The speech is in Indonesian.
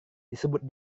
disebut